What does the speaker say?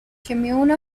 commune